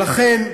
ולכן,